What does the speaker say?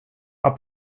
are